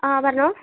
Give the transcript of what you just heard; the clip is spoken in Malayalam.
ആ പറഞ്ഞോ